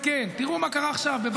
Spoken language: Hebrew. תראו מה קרה עכשיו בבת חפר.